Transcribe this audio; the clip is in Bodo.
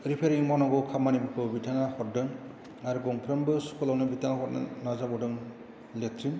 रिफायरिं मावनांगौ खामानिफोरखौ बिथाङा हरदों आर गंफ्रोमबो स्कुलावनो बिथाङा हरनो नाजाबावदों लेट्रिन दा